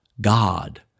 God